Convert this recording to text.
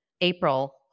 april